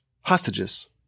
hostages